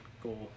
Goal